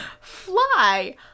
Fly